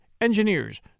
engineers